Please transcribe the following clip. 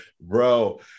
Bro